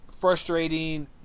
frustrating